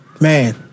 man